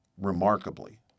remarkably